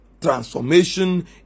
transformation